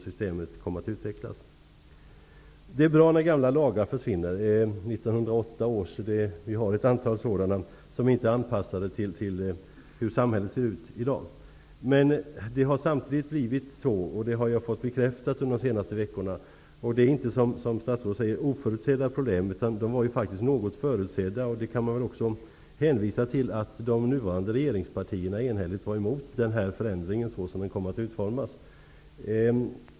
Det är bra att gamla lagar försvinner, t.ex. 1908 års lag. Det finns ett antal gamla lagar som inte är anpassade till hur samhället ser ut i dag. Samtidigt har det uppstått problem -- det har jag fått bekräftat under de senaste veckorna. De är inte som statsrådet säger oförutsedda problem, utan de har varit något förutsedda. Man kan även hänvisa till att de nuvarande regeringspartierna enhälligt var emot förändringen såsom den kom att utformas.